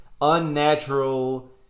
unnatural